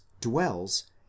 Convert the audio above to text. dwells